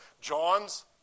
John's